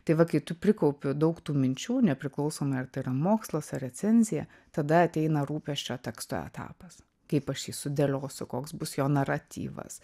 tai va kai tu prikaupi daug tų minčių nepriklausomai ar tai yra mokslas ar recenzija tada ateina rūpesčio tekstu etapas kaip aš jį sudėliosiu koks bus jo naratyvas